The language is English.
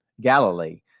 galilee